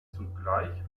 zugleich